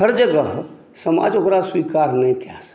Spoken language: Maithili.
हर जगह समाज ओकरा स्वीकार नहि कए सकलय